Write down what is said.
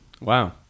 Wow